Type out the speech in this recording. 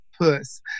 puss